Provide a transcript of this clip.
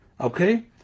okay